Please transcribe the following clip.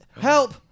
Help